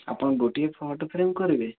ଆପଣ ଗୋଟିଏ photo frame କରିବେ